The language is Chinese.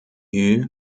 对于